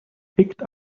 picked